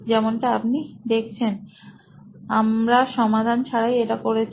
যেমনটা আপনি দেখছেন আমরা সমাধান ছাড়াই এটা করেছি